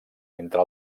entre